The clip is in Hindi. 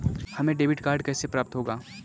हमें डेबिट कार्ड कैसे प्राप्त होगा?